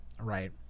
right